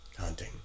Hunting